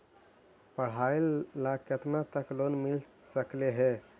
पढाई ल केतना तक लोन मिल सकले हे?